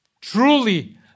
Truly